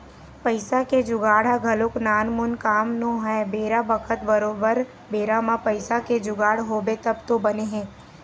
पइसा के जुगाड़ ह घलोक नानमुन काम नोहय बेरा बखत बरोबर बेरा म पइसा के जुगाड़ होगे तब तो बने हे